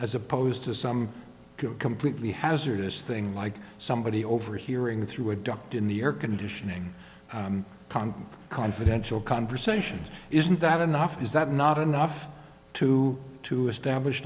as opposed to some completely hazardous thing like somebody overhearing through a doctor in the air conditioning con confidential conversations isn't that enough is that not enough to to establish